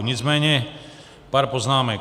Nicméně pár poznámek.